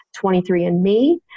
23andMe